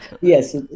Yes